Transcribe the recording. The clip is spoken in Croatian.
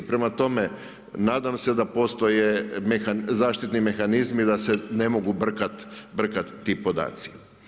Prema tome, nadam se da postoje zaštitni mehanizmi da se ne mogu brkati ti podaci.